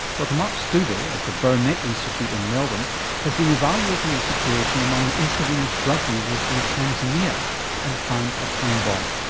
dr mark stoove of the burnet institute in melbourne has been evaluating the situation among intravenous drug users in tanzania and found a time bomb.